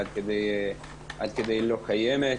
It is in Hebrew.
עד כדי לא קיימת.